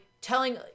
telling